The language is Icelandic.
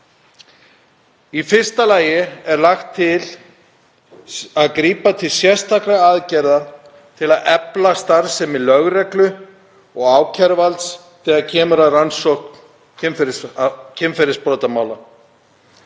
Í fyrsta lagi er lagt til að grípa til sérstakra aðgerða til að efla starfsemi lögreglu og ákæruvalds þegar kemur að rannsókn kynferðisbrotamála.